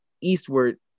eastward